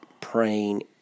praying